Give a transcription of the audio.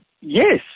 Yes